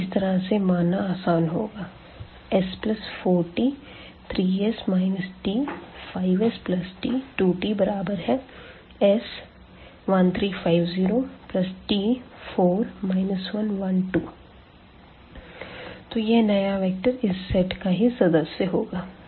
इसे इस तरह से मानना आसान होगा s4t 3s t 5st 2t s1 3 5 0 t 4 1 1 2 तो यह नया वेक्टर इस सेट का ही सदस्य होगा